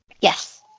Yes